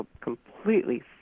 completely